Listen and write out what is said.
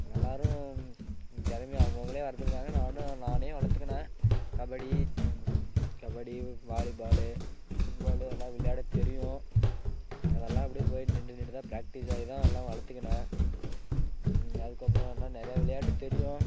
எல்லோரும் திறமைய அவங்கவுங்களே வளர்த்துக்கினாங்க நானும் நானே வளர்த்துக்கின கபடி கபடி வாலிபாலு ஃபுட்பாலு அதெல்லாம் விளையாட தெரியும் அதெல்லாம் அப்படியே போய் நின்று நின்று தான் ப்ராக்டிக்ஸ் ஆகி தான் எல்லாம் வளர்த்துக்கின அதுக்கப்புறம் இன்னும் நிறையா விளையாட்டு தெரியும்